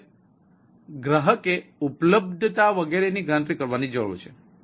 તેથી હવે ગ્રાહકે ઉપલબ્ધતા વગેરેની ગણતરી કરવાની જરૂર છે